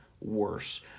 worse